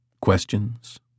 Questions